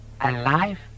Alive